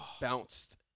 bounced